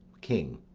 king.